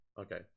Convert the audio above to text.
okay